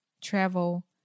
travel